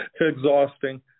exhausting